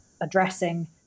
addressing